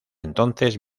entonces